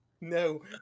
no